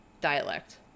dialect